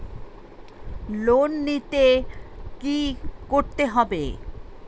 Loan নিতে কী করতে হবে?